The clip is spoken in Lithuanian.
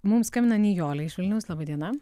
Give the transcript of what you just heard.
mums skambina nijolė iš vilniaus laba diena